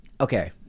Okay